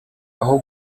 aho